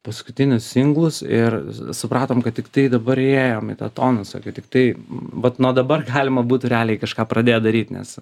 paskutinius singlus ir supratom kad tiktai dabar įėjom į tą tonusą tiktai vat nuo dabar galima būtų realiai kažką pradėt daryt nes